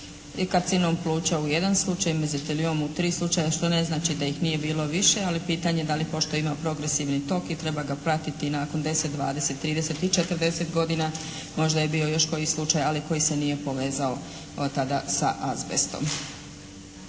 i karcinom pluća u jedan slučaj, mezeteliom u 3 slučaja što ne znači da ih nije bilo više, ali pitanje da li pošto ima progresivni tok i treba ga pratiti i nakon 10, 20, 30 i 40 godina možda je bio još koji slučaj, ali koji se nije povezao od tada sa azbestom.